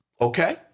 Okay